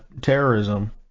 terrorism